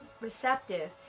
receptive